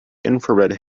infrared